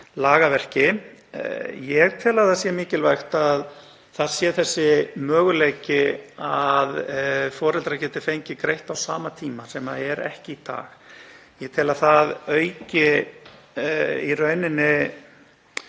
Ég tel að það sé mikilvægt að sá möguleiki sé til staðar að foreldrar geti fengið greitt á sama tíma, sem er ekki í dag. Ég tel að það auki í rauninni